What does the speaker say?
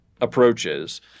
approaches